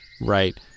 Right